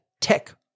tech